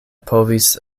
povis